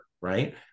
Right